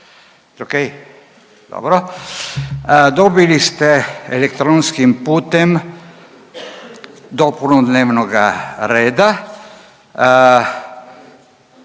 Dobro. Dobili ste elektronskim putem dopunu dnevnoga reda